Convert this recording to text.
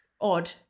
odd